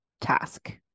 task